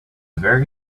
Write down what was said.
very